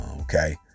okay